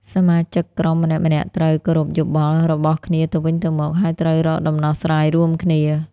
សមាជិកក្រុមម្នាក់ៗត្រូវ គោរពយោបល់ របស់គ្នាទៅវិញទៅមក ហើយត្រូវរកដំណោះស្រាយរួមគ្នា។